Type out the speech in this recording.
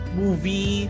movie